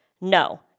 No